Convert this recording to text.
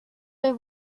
los